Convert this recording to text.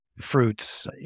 fruits